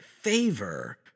favor